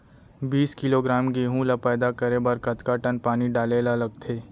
बीस किलोग्राम गेहूँ ल पैदा करे बर कतका टन पानी डाले ल लगथे?